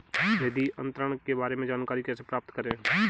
निधि अंतरण के बारे में जानकारी कैसे प्राप्त करें?